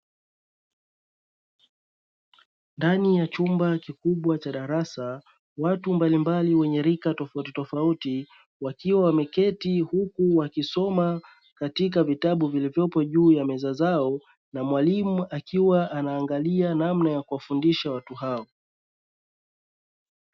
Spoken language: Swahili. Ndani ya chumba kikubwa cha darasa, watu mbalimbali wenye rika tofautitofauti wakiwa wameketi huku wakisoma katika vitabu vilivyopo juu ya meza zao na mwalimu akiwa anaangalia namna ya kuwafundisha watu hao.